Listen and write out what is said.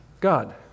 God